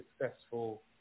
successful